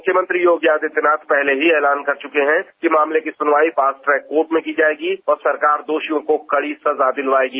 मुख्यमंत्री योगी आदित्यनाथ पहले ही ऐलान कर चुके हैं कि मामले की सुनवाई फास्ट ट्रैक कोर्ट में की जाएगी और सरकार दोषियों को कड़ी सजा दिलवायेगी